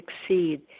succeed